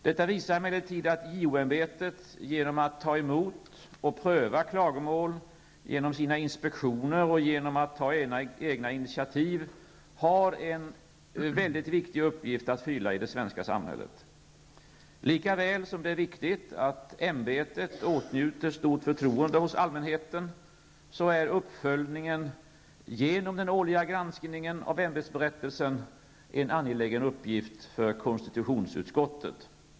Detta visar emellertid att JO-ämbetet genom att ta emot och pröva klagomål, göra inspektioner och ta egna initiativ har en viktig uppgift att fylla i det svenska samhället. Likaväl som det är viktigt att ämbetet åtnjuter stort förtroende hos allmänheten, är uppföljningen med hjälp av den årliga granskningen av ämbetsberättelsen en angelägen uppgift för konstitutionsutskottet.